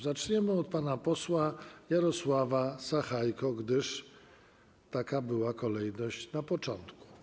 Zaczniemy od pana posła Jarosława Sachajki, gdyż taka była kolejność na początku.